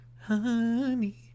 honey